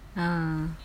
ah